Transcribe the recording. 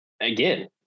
again